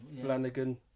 Flanagan